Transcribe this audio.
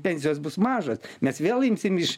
pensijos bus mažas mes vėl imsim iš